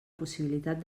possibilitat